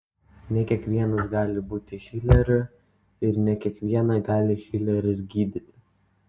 ne kiekvienas gali būti hileriu ir ne kiekvieną gali hileris gydyti